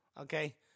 okay